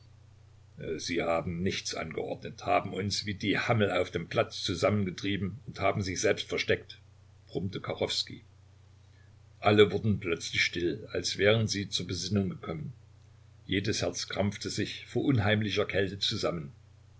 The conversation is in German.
sie haben nichts angeordnet haben uns wie die hammel auf den platz zusammengetrieben und haben sich selbst versteckt brummte kachowskij alle wurde plötzlich still als wären sie zur besinnung gekommen jedes herz krampfte sich vor unheimlicher kälte zusammen